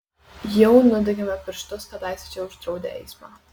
jau nudegėme pirštus kadaise čia uždraudę eismą